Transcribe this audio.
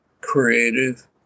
creative